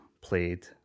played